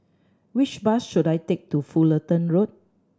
which bus should I take to Fullerton Road